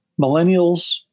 millennials